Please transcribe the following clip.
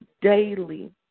daily